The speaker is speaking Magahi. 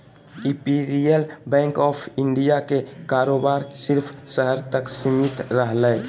इंपिरियल बैंक ऑफ़ इंडिया के कारोबार सिर्फ़ शहर तक सीमित हलय